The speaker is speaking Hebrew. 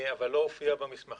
אבל לא הופיעה במסמכים.